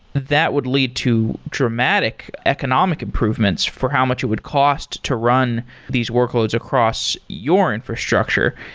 that would lead to dramatic economic improvements for how much it would cost to run these workloads across your infrastructure.